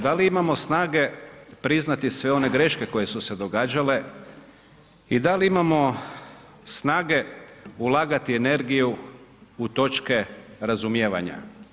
Da li imamo snage priznati sve one greške koje su se događale i da li imamo snage ulagati energiju u točke razumijevanja.